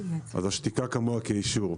שתיקה כמוה כאישור.